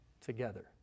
together